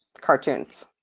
cartoons